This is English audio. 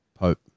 Pope